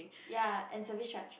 ya and service charge